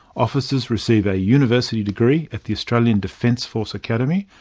officers receive a university degree at the australian defence force academy,